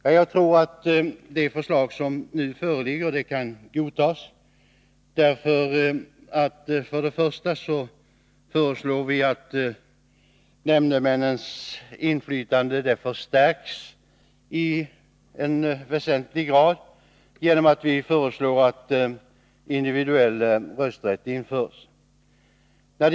Ja, jag tror att det förslag som nu föreligger kan godtas, eftersom nämndemännens inflytande förstärks i väsentlig grad genom att vi föreslår att individuell rösträtt införs.